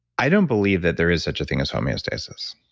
i don't believe that there is such a thing as homeostasis.